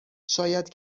شاید